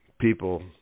people